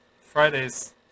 Fridays